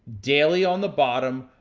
daily on the bottom,